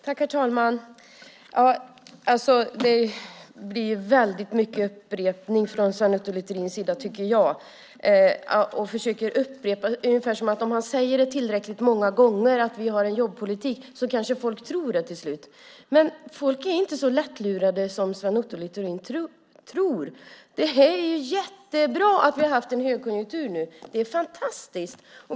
Herr talman! Det blir väldigt mycket upprepning från Sven Otto Littorins sida. Han verkar tro att om han säger tillräckligt många gånger att regeringen har en jobbpolitik så tror folk det till slut. Men folk är inte så lättlurade som Sven Otto Littorin tror. Det är jättebra att vi har haft en högkonjunktur. Det är fantastiskt!